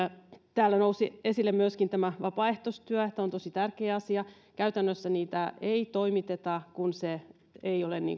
täällä nousi esille myöskin tämä vapaaehtoistyö tämä on tosi tärkeä asia käytännössä näitä otteita ei toimiteta kun se ei ole